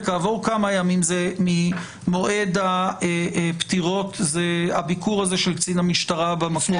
וכעבור כמה ימים ממועד הפטירות הביקור הזה של קצין המשטרה במקום?